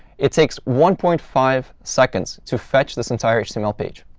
it takes one point five seconds to fetch this entire html page.